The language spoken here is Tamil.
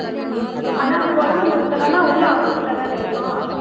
ம் ஆனால் கொலமங்கலத்துலன்னா உள்ளே அவுட்ரில் தானே இருக்கும்